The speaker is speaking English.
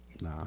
Nah